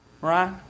Right